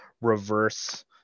reverse